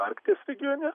arkties regione